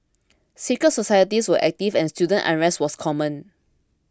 secret societies were active and student unrest was common